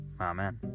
Amen